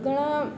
ઘણા